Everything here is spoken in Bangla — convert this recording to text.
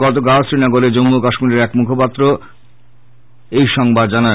গতকাল শ্রীনগরে জম্মু ও কাশ্মীরের এক মুখপাত্র এই সংবাদ জানান